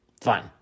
fine